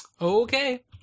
Okay